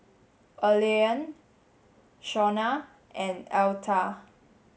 Allean Shawna and Altha